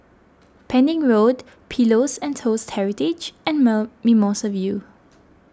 Pending Road Pillows and Toast Heritage and Mimosa View